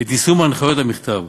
את יישום הנחיות המכתב,